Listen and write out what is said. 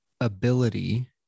ability